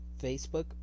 Facebook